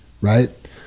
right